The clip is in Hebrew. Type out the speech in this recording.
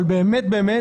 אבל באמת-באמת